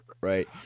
Right